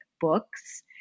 books